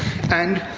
and,